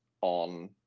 on